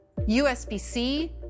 USB-C